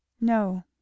No